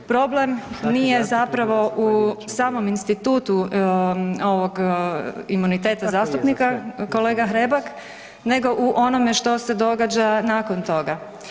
Problem nije zapravo u samom institutu ovog imuniteta zastupnika kolega Hrebak, nego u onome što se događa nakon toga.